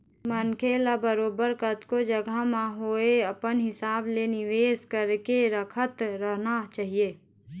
मनखे ल बरोबर कतको जघा म होवय अपन हिसाब ले निवेश करके रखत रहना चाही